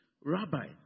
Rabbi